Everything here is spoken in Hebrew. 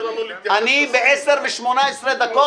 לפני ההצבעה.